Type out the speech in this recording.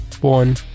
one